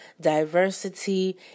diversity